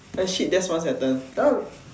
eh shit that's one sentence